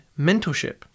mentorship